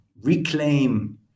reclaim